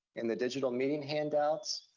in the digital meeting handouts,